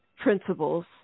principles